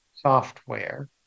software